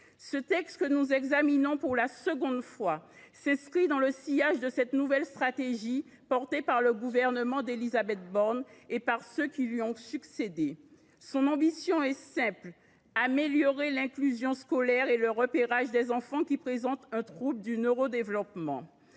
Ce texte, que nous examinons pour la seconde fois, s’inscrit dans le sillage de la nouvelle stratégie engagée par le gouvernement d’Élisabeth Borne et poursuivie par ceux qui lui ont succédé. Son ambition est simple : améliorer l’inclusion scolaire et le repérage des enfants qui présentent un trouble du neurodéveloppement.